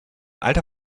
alter